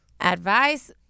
advice